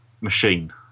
machine